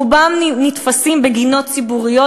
רובם נתפסים בגינות ציבוריות,